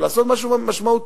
או לעשות משהו משמעותי,